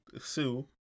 Sue